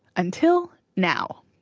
until now.